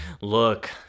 look